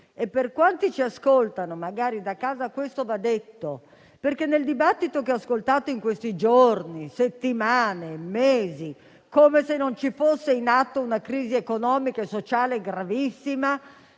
e per quanti ci ascoltano magari da casa questo va detto, perché nel dibattito che ho ascoltato in questi giorni, settimane, mesi (come se non fosse in atto una crisi economica e sociale gravissima),